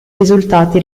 risultati